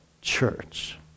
church